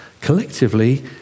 collectively